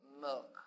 milk